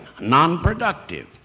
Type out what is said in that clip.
non-productive